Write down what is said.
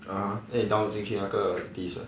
(uh huh) then 你 download 进去那个 disk ah